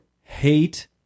hate